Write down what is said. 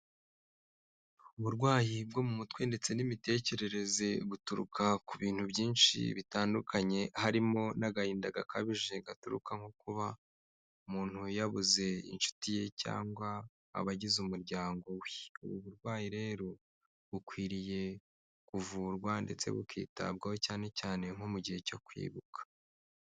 Uburwayi bwo mu mutwe ndetse n'imitekerereze buturuka ku bintu byinshi bitandukanye, harimo n'agahinda gakabije gaturuka nko kuba umuntu yabuze inshuti ye cyangwa abagize umuryango we, ubu burwayi rero bukwiriye kuvurwa ndetse bukitabwaho cyane cyane nko mu gihe cyo kwibuka.